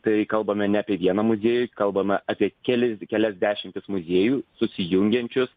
tai kalbame ne apie vieną muziejų kalbame apie kelis kelias dešimtis muziejų susijungiančius